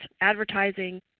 advertising